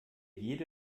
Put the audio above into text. jede